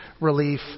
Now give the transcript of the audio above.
relief